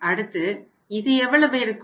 அடுத்து இது எவ்வளவு இருக்கும்